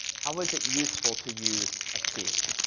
how was it useful to use a key?